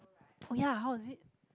oh ya how was it